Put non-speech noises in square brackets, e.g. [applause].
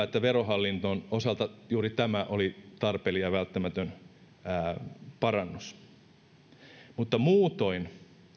[unintelligible] että verohallinnon osalta juuri tämä oli tarpeellinen ja välttämätön parannus muutoin